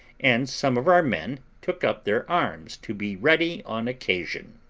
and some of our men took up their arms to be ready on occasion.